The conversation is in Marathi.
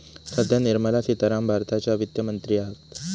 सध्या निर्मला सीतारामण भारताच्या वित्त मंत्री हत